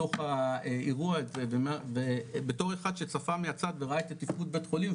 בתוך האירוע הזה ובתור אחד שצפה מהצד וראה את תפקוד בית החולים,